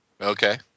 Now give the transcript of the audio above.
Okay